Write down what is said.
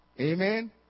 Amen